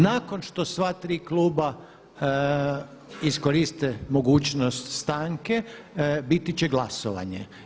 Nakon što sva tri kluba iskoriste mogućnost stanke biti će glasovanje.